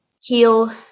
heal